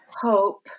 hope